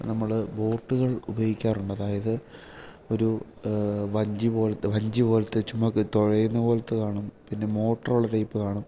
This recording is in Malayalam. നമ്മൾ ബോട്ടുകൾ ഉപയോഗിക്കാറുണ്ട് അതായത് ഒരു വഞ്ചിപോലത്തെ വഞ്ചിപോലത്തെ ചുമ്മാ തുഴയുന്നപോലത്തെ കാണും പിന്നെ മോട്ടറുള്ള ടൈപ്പ് കാണും